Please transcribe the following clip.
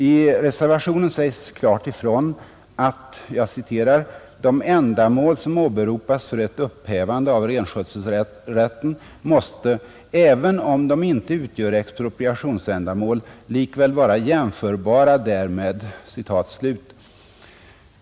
I reservationen sägs klart ifrån att ”de ändamål som åberopas för ett upphävande av renskötselrätten måste, även om de inte utgör expropriationsändamål, likväl vara jämförbara därmed”.